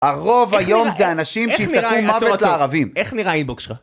הרוב היום זה אנשים שיצעקו מוות לערבים. איך נראה האינבוקס שלך?